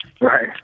Right